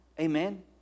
amen